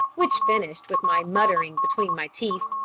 which finished with my muttering between my teeth,